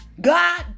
God